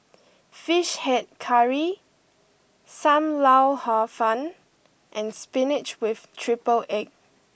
Fish Head Curry Sam Lau Hor Fun and Spinach with Triple Egg